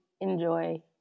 enjoy